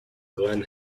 glenn